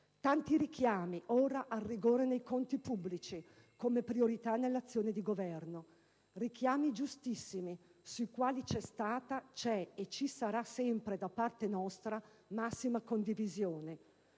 Tanti richiami, ora, al rigore nei conti pubblici come priorità nell'azione di Governo. Richiami giustissimi sui quali c'è stata, c'è e ci sarà sempre da parte nostra massima condivisione.